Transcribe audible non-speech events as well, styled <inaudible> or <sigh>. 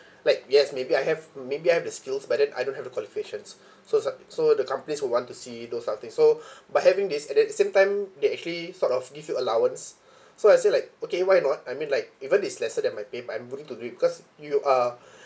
<breath> like yes maybe I have maybe I have the skills but then I don't have the qualifications <breath> so it's uh so the companies will want to see those other things so <breath> by having this at the same time they actually sort of give you allowance <breath> so I say like okay why not I mean like even it's lesser than my pay but I'm willing to do it because you are <breath>